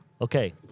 Okay